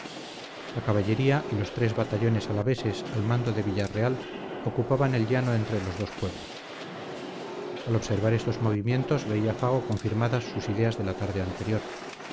la caballería y los tres batallones alaveses al mando de villarreal ocupaban el llano entre los dos pueblos al observar estos movimientos veía fago confirmadas sus ideas de la tarde anterior